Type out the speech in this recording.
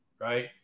right